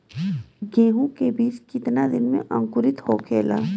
गेहूँ के बिज कितना दिन में अंकुरित होखेला?